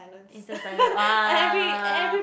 is just like that !wah!